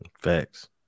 Facts